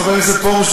חבר הכנסת פרוש,